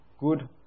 good